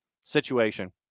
situation